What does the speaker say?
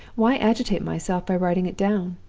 why agitate myself by writing it down?